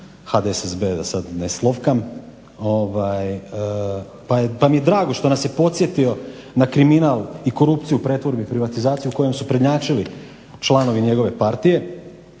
HDSSB pa mi je drago što nas je podsjetio na kriminal i korupciju u pretvorbi i privatizaciji u kojoj su prednjačili članovi njegove partije.